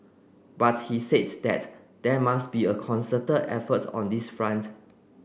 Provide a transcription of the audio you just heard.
but he said that there must be a concerted effort on this front